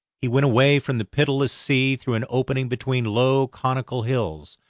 he went away from the pitiless sea through an opening between low conical hills,